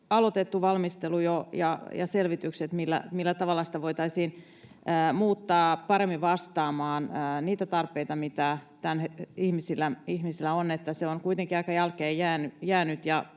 aloitettu valmistelu ja selvitykset, millä tavalla sitä voitaisiin muuttaa paremmin vastaamaan niitä tarpeita, mitä ihmisillä on? Se on kuitenkin aika jälkeenjäänyt